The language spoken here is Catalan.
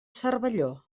cervelló